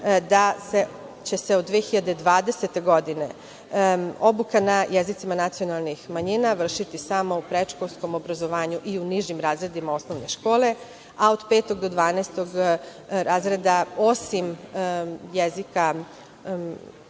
da će se od 2020. godine, obuka na jezicima nacionalnih manjina vršiti samo u predškolskom obrazovanju i u nižim razredima osnovne škole, a od petog do 12-og razreda, osim